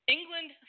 England